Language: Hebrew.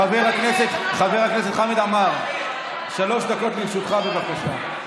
חבר הכנסת חמד עמאר, שלוש דקות לרשותך, בבקשה.